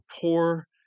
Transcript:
poor